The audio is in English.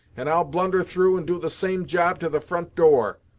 and i'll blunder through and do the same job to the front door.